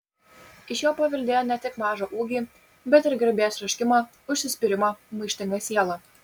iš jo paveldėjo ne tik mažą ūgį bet ir garbės troškimą užsispyrimą maištingą sielą